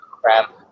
crap